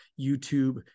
YouTube